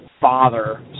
father